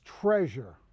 treasure